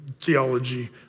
theology